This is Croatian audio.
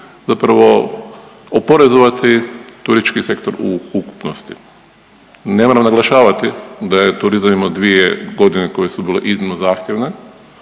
zapravo oporezovati turistički sektor u ukupnosti. Ne moram naglašavati da je turizam imao dvije godine koje su bile iznimno zahtjevne,